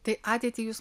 tai ateitį jūs